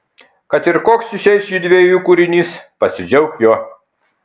kad ir koks išeis judviejų kūrinys pasidžiauk juo